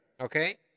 okay